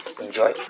Enjoy